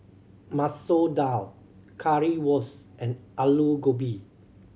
Masoor Dal Currywurst and Alu Gobi